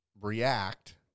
react